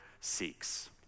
seeks